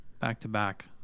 back-to-back